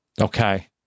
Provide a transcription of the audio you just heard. okay